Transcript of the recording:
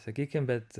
sakykim bet